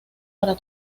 para